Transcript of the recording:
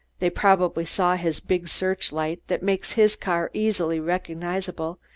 they probably saw his big search-light, that makes his car easily recognizable,